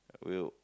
will